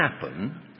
happen